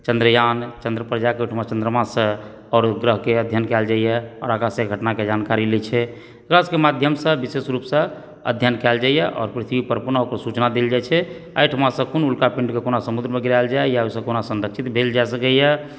चंद्रयाण चन्द्र पर जाके ओहिठमा चंद्रमासंँ आओरो ग्रहके अध्ययन कएल जाइए आओर आकशीय घटनाके जानकरी लय छै ओकरा सबके माध्यमसंँ विशेष रूपसंँ अध्ययन कएल जाइए आओर पृथ्वी पर पुनः ओकर सूचना देल जाइत छै एहिठमासंँ कोन उल्का पिण्डके कोना समुद्रमे गिराएल जाइए ओहिसँ केना संरक्षित भेल जाए सकैए